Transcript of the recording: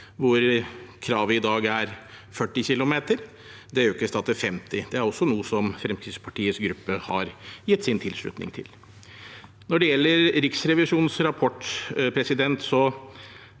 hvor kravet i dag er 40 km. Det økes til 50 km. Det er også noe som Fremskrittspartiets gruppe har gitt sin tilslutning til. Når det gjelder Riksrevisjonens rapport, er den